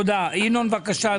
ינון, בבקשה.